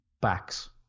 backs